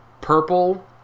purple